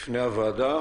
בפני הוועדה.